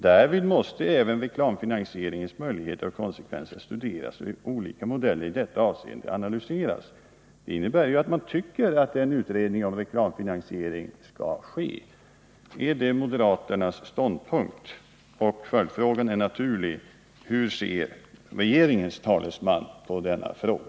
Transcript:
Därvid måste även reklamfinansieringens möjligheter och konsekvenser studeras och olika modeller i detta avseende analyseras.” Detta innebär ju att man tycker att en utredning om reklamfinansiering bör ske. Är detta moderaternas ståndpunkt blir den naturliga följdfrågan: Hur ser regeringens talesman på denna fråga?